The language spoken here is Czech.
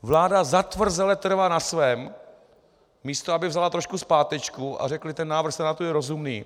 Vláda zatvrzele trvá na svém, místo aby vzala trošku zpátečku a řekla: Ten návrh Senátu je rozumný.